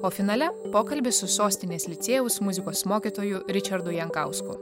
o finale pokalbis su sostinės licėjaus muzikos mokytoju ričardu jankausku